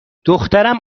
دخترم